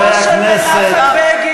אבל יש לי עניין לרגע עם הליכוד.